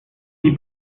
die